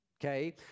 okay